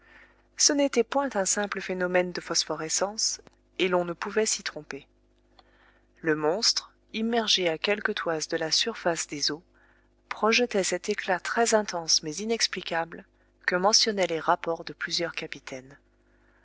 ce n'était point un simple phénomène de phosphorescence et l'on ne pouvait s'y tromper le monstre immergé à quelques toises de la surface des eaux projetait cet éclat très intense mais inexplicable que mentionnaient les rapports de plusieurs capitaines